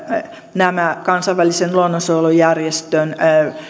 nämä kansainvälisen luonnonsuojelujärjestön